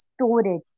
storage